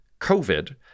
COVID